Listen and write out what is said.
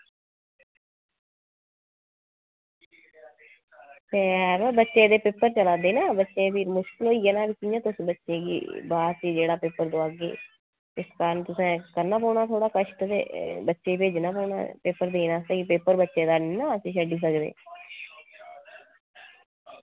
ते यरो बच्चे दे पेपर चला दे न बच्चे दी मुश्कल होई जाना कियां तुस बच्चे गी बाद च जेह्ड़ा पेपर दोआगे ते इस टाईम करना पौना तुसें कश्ट ते बच्चे गी भेजना पौना ते स्हेई पेपर नना अस बच्चे दा छड्डी सकदे